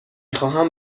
خواهم